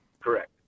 Correct